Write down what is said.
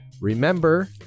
Remember